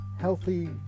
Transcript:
Healthy